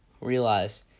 realize